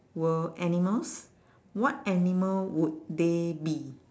were animals what animal would they be